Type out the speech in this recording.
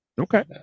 Okay